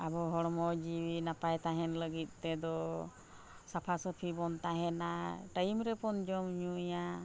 ᱟᱵᱚ ᱦᱚᱲᱢᱚ ᱡᱤᱣᱤ ᱱᱟᱯᱟᱭ ᱛᱟᱦᱮᱱ ᱞᱟᱹᱜᱤᱫ ᱛᱮᱫᱚ ᱥᱟᱯᱷᱟᱼᱥᱟᱹᱯᱷᱤ ᱵᱚᱱ ᱛᱟᱦᱮᱱᱟ ᱨᱮᱵᱚᱱ ᱡᱚᱢᱼᱧᱩᱭᱟ